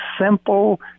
simple